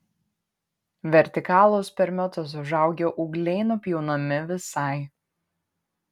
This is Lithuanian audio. vertikalūs per metus užaugę ūgliai nupjaunami visai